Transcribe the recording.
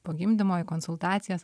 po gimdymo į konsultacijas